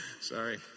Sorry